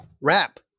rap